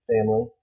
family